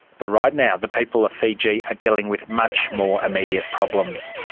but right now the people of fiji are dealing with much more immediate problems.